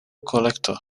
kolekto